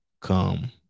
come